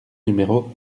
numéro